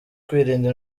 kwirinda